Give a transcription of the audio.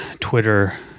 Twitter